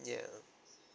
ya